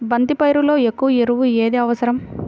బంతి పైరులో ఎక్కువ ఎరువు ఏది అవసరం?